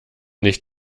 nicht